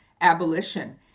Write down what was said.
abolition